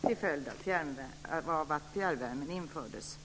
till följd av att fjärrvärme infördes.